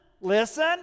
listen